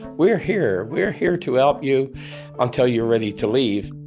we're here. we're here to help you until you're ready to leave.